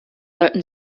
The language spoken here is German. sollten